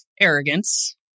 arrogance